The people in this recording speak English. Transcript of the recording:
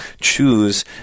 choose